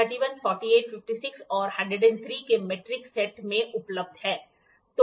31 48 56 और 103 के metric set में उपलब्ध हैं